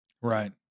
Right